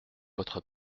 votre